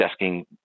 desking